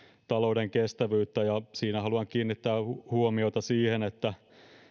talouden kestävyyttä ja haluan kiinnittää huomiota siihen että